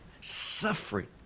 suffering